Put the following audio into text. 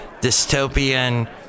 dystopian